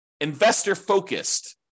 investor-focused